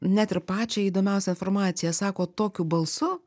net ir pačią įdomiausią informaciją sako tokiu balsu